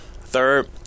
Third